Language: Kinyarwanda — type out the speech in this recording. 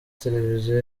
tereviziyo